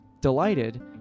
Delighted